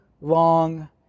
long